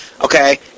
Okay